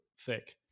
thick